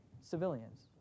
civilians